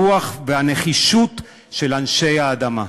הרוח והנחישות של אנשי האדמה.